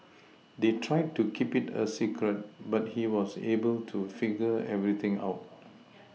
they tried to keep it a secret but he was able to figure everything out